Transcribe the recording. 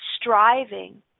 striving